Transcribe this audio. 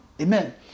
Amen